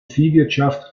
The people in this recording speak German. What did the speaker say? viehwirtschaft